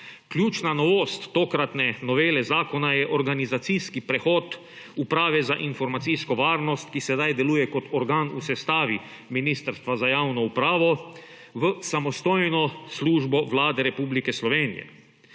Ključna novost tokratne novele zakona je organizacijski prehod uprave za informacijsko varnost, ki sedaj deluje kot organ v sestavi Ministrstva za javno upravo v samostojno službo Vlade Republike Slovenije.